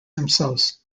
themselves